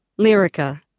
Lyrica